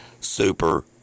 super